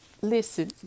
listen